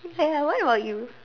ya where were you